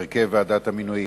(הרכב ועדת המינויים),